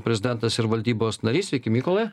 prezidentas ir valdybos narys sveiki mykolai